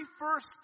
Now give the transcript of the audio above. first